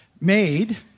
made